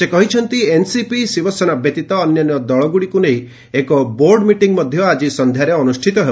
ସେ କହିଛନ୍ତି ଏନ୍ସିପି ଶିବସେନା ବ୍ୟତୀତ ଅନ୍ୟାନ୍ୟ ଦଳମାନଙ୍କୁ ନେଇ ଏକ ବୋର୍ଡ଼ ମିଟିଂ ଆଜି ସନ୍ଧ୍ୟାରେ ଅନୁଷ୍ଠିତ ହେବ